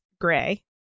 gray